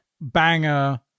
banger